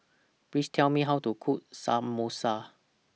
Please Tell Me How to Cook Samosa